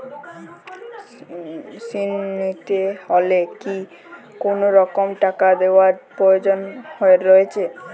ঋণ নিতে হলে কি কোনরকম টাকা দেওয়ার প্রয়োজন রয়েছে?